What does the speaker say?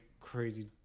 crazy